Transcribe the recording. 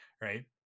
Right